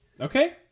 Okay